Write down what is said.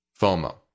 FOMO